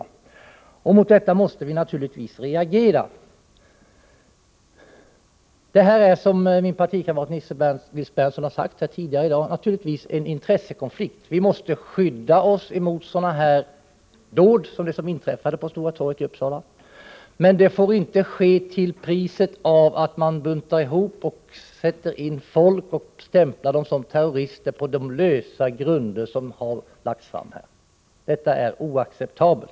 E Onsd Mot detta måste vi naturligtvis reagera. 2 ER Här föreligger naturligtvis, som min partikamrat Nils Berndtson sagt ] tidigare i dag, en intressekonflikt. Vi måste skydda oss mot sådana illdåd som S ER 3 Se SN Granskning av det som inträffade på Stora torget i Uppsala, men det får inte ske till priset av a statsrådens tjänste att man buntar ihop folk och stämplar dem som terrorister på så lösa grunder SE ä i ät utövning m.m. som varit fallet här.